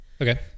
Okay